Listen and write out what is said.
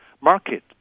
Market